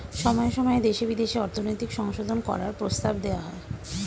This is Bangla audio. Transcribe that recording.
সময়ে সময়ে দেশে বিদেশে অর্থনৈতিক সংশোধন করার প্রস্তাব দেওয়া হয়